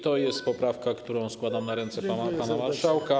To jest poprawka, którą składam na ręce pana marszałka.